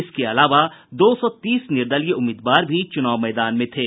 इसके अलावा दो सौ तीस निर्दलीय उम्मीदवार भी चूनाव मैदान में थे